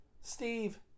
Steve